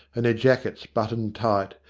and their jackets buttoned tight,